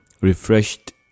refreshed